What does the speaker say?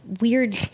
weird